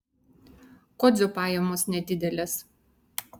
kodzio pajamos nedidelės